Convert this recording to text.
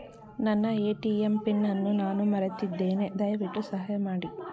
ನನ್ನ ATM PIN ಅನ್ನು ನಾನು ಮರೆತಿದ್ದೇನೆ, ದಯವಿಟ್ಟು ಸಹಾಯ ಮಾಡಿ